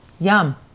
Yum